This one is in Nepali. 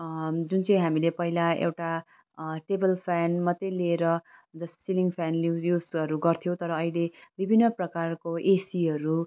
जुन चाहिँ हामीले पहिला एउटा टेबल फ्यान मात्र लिएर जो सिलिङ फ्यानहरू युज गर्थ्यौँ तर अहिले विभिन्न प्रकारको एसीहरू